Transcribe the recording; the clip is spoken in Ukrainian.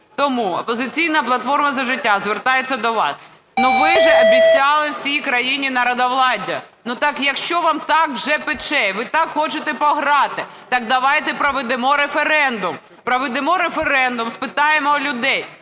Тому "Опозиційна платформа – За життя" звертається до вас. Ну ви ж обіцяли всій країні народовладдя. Ну так якщо вам так вже пече і ви так хочете пограти, так давайте проведемо референдум. Проведемо референдум, спитаємо у людей,